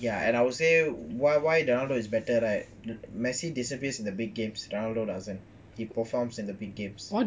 ya and I will say why ronaldo is better right messi disappear in the big games ronaldo doesn't he perform in the big games